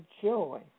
joy